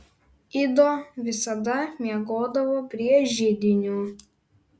ido visada miegodavo prie židinio